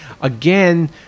again